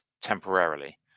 temporarily